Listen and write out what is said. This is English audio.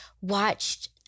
watched